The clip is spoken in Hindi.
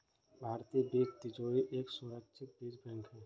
भारतीय बीज तिजोरी एक सुरक्षित बीज बैंक है